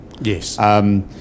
Yes